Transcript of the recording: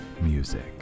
music